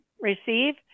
receive